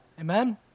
amen